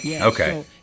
Okay